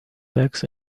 bags